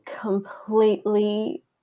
completely